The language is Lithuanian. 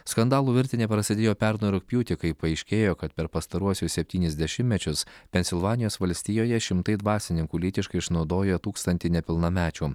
skandalų virtinė prasidėjo pernai rugpjūtį kai paaiškėjo kad per pastaruosius septynis dešimtmečius pensilvanijos valstijoje šimtai dvasininkų lytiškai išnaudojo tūkstantį nepilnamečių